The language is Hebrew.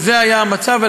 וזה היה המצב,